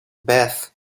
beth